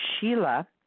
Sheila